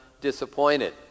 disappointed